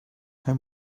how